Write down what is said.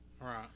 Right